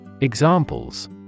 Examples